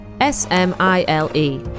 S-M-I-L-E